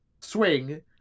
swing